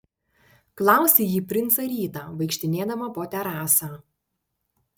klausė ji princą rytą vaikštinėdama po terasą